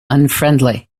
unfriendly